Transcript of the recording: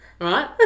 right